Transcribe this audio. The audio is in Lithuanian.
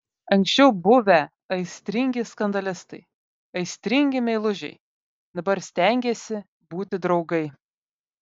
anksčiau buvę aistringi skandalistai aistringi meilužiai dabar stengėsi būti draugai